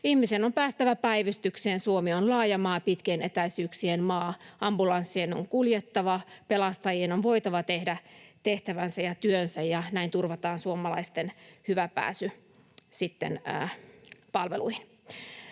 Ihmisen on päästävä päivystykseen. Suomi on laaja maa, pitkien etäisyyksien maa. Ambulanssien on kuljettava, pelastajien on voitava tehdä tehtävänsä ja työnsä, ja näin turvataan suomalaisten hyvä pääsy palveluihin.